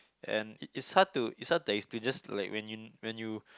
and it's hard to it's hard to explain just like when you when you